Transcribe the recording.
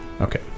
Okay